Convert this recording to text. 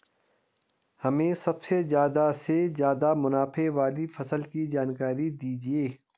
हमें सबसे ज़्यादा से ज़्यादा मुनाफे वाली फसल की जानकारी दीजिए